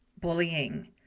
bullying